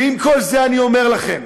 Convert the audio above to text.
ועם כל זה, אני אומר לכם